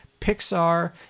Pixar